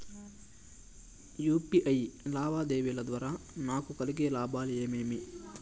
UPI లావాదేవీల ద్వారా నాకు కలిగే లాభాలు ఏమేమీ?